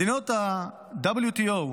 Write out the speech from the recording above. מדינות ה-WTO,